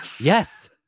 Yes